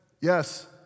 yes